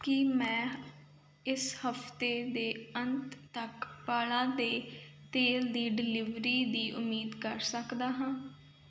ਕੀ ਮੈਂ ਇਸ ਹਫਤੇ ਦੇ ਅੰਤ ਤੱਕ ਵਾਲਾਂ ਦੇ ਤੇਲ ਦੀ ਡਿਲੀਵਰੀ ਦੀ ਉਮੀਦ ਕਰ ਸਕਦਾ ਹਾਂ